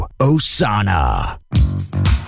Osana